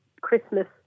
Christmas